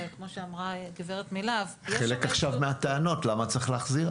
כמו שאמרה הגברת מלה"ב --- עכשיו חלק מהטענות הן למה צריך להחזיר?